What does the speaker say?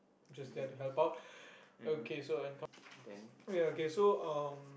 mmhmm mmhmm then